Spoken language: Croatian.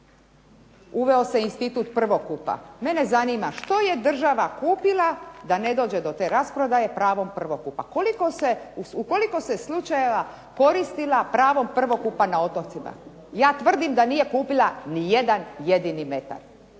Uveo se institut prvokupa. Mene zanima, što je država kupila da ne dođe do te rasprodaje pravom prvokupa? U koliko se slučajeva koristila pravo prvokupa na otocima? Ja tvrdim da nije kupila nijedan jedini metar.